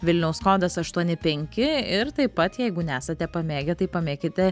vilniaus kodas aštuoni penki ir taip pat jeigu nesate pamėgę tai pamėkite